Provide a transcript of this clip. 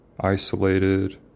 isolated